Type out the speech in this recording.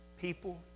people